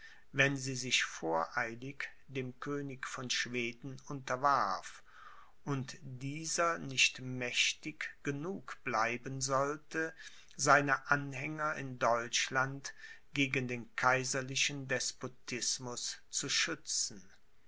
wenn sie sich voreilig dem könig von schweden unterwarf und dieser nicht mächtig genug bleiben sollte seine anhänger in deutschland gegen den kaiserlichen despotismus zu schützen